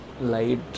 light